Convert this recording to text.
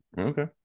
Okay